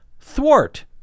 thwart